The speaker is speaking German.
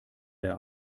der